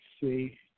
see